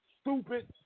stupid